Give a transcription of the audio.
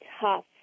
tough